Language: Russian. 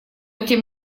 тем